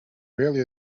barely